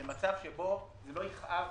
למצב שבו זה לא יכאב.